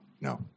No